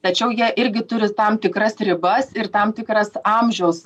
tačiau jie irgi turi tam tikras ribas ir tam tikras amžiaus